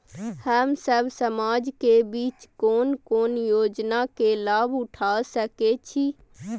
हम सब समाज के बीच कोन कोन योजना के लाभ उठा सके छी?